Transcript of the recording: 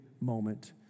moment